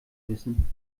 wissen